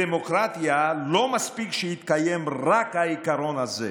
בדמוקרטיה לא מספיק שיתקיים רק העיקרון הזה,